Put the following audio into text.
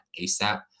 ASAP